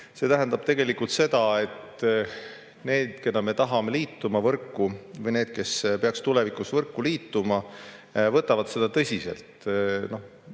See tähendab tegelikult seda, et need, keda me tahame, et nad liituks võrku, või need, kes peaksid tulevikus liituma võrku, võtavad seda tõsiselt.